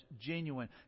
genuine